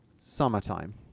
summertime